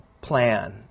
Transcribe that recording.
plan